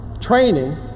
training